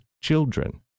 children